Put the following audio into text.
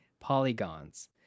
polygons